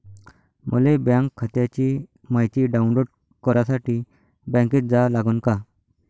मले बँक खात्याची मायती डाऊनलोड करासाठी बँकेत जा लागन का?